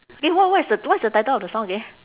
again w~ what is the what's the title of the song again